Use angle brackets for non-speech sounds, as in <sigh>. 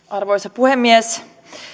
<unintelligible> arvoisa puhemies